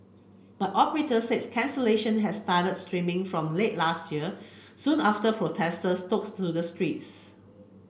but operators said cancellation had started streaming from late last year soon after protesters took to the streets